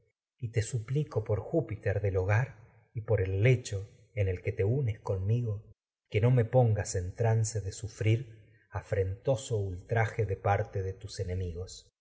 en te suplico júpiter del hogar y por el lecho el que te unes conmigo que no me pongas en trance afrentoso de sufrir ultraje de parte de tus enemigos